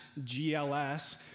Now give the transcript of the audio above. GLS